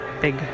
big